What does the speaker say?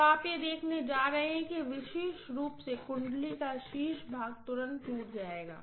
तो आप यह देखने जा रहे हैं कि विशेष रूप से वाइंडिंग का शीर्ष भाग तुरंत टूट जाएगा